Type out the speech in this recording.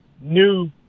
new